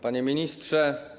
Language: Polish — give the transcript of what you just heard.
Panie Ministrze!